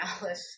Alice